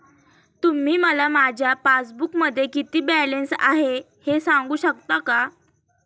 तुम्ही मला माझ्या पासबूकमध्ये किती बॅलन्स आहे हे सांगू शकता का?